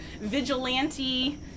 vigilante